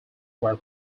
were